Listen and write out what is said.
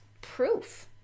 proof